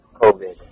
COVID